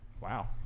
Wow